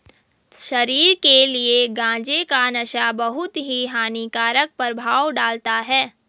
शरीर के लिए गांजे का नशा बहुत ही हानिकारक प्रभाव डालता है